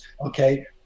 okay